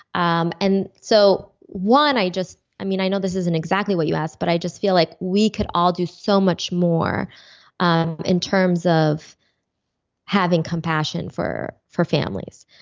um and so one, i just i mean i know this isn't exactly what you asked, but i just feel like we could all do so much more um in terms of having compassion for for families.